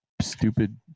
stupid